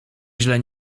źle